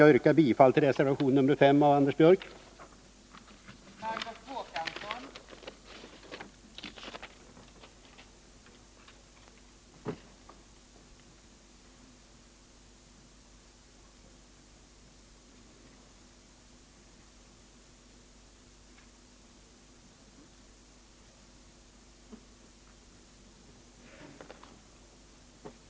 Jag yrkar bifall till reservation 5 av Anders Björck m.fl.